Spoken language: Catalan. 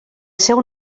seu